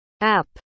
App